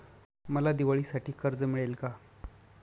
मला दिवाळीसाठी कर्ज मिळेल का?